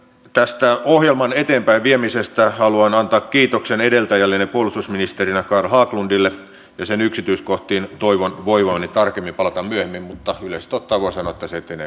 tästä ohjelman eteenpäinviemisestä haluan antaa kiitoksen edeltäjälleni puolustusministeri carl haglundille ja sen yksityiskohtiin toivon voivani tarkemmin palata myöhemmin mutta yleisesti ottaen voin sanoa että se etenee kuin juna